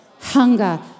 hunger